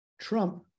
Trump